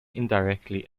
indirectly